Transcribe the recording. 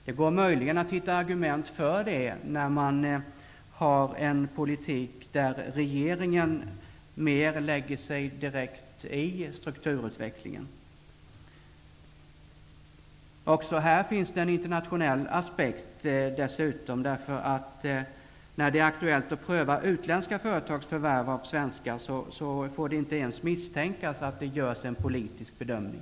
Det går möjligen att hitta argument för det när man har en politik där regeringen mer direkt lägger sig i strukturutvecklingen. Även här finns det en internationell aspekt. När det är aktuellt att pröva utländska företags förvärv av svenska får det inte ens misstänkas att det görs en politisk bedömning.